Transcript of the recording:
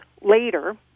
later